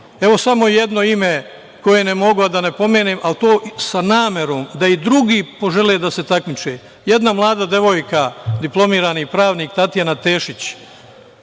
Evo, samo jedno ime, koje ne mogu a da ne pomenem, a to sa namerom da i drugi požele da se takmiče. Jedna mlada devojka, diplomirani pravnik, Tatjana Tešić,